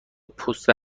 پست